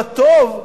בטוב,